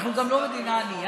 אנחנו גם לא מדינה ענייה,